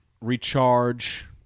recharge